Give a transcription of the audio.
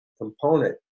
component